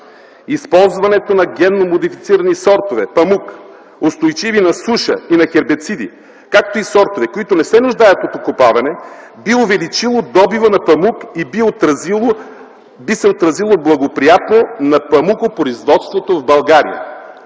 „Използването на генно модифицирани сортове памук, устойчиви на суша и на хербициди, както и сортове, които не се нуждаят от окопаване, би увеличило добива на памук и би се отразило благоприятно на памукопроизводството в България.”